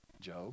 Job